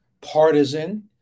partisan